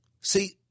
See